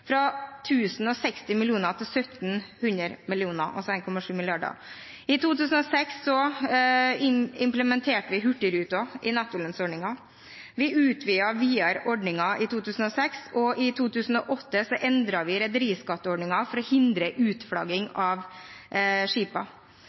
I 2006 implementerte vi Hurtigruten i nettolønnsordningen. Vi utvidet ordningen videre i 2006, og i 2008 endret vi rederiskatteordningen for å hindre utflagging